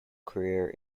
career